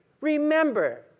Remember